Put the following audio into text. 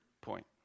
point